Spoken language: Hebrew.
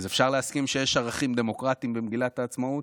אז אפשר להסכים שיש ערכים דמוקרטיים במגילת העצמאות?